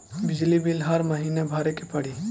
बिजली बिल हर महीना भरे के पड़ी?